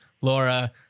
Laura